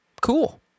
cool